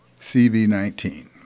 CV-19